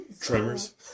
Tremors